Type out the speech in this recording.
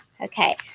okay